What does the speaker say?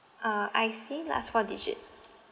ah I_C last four digit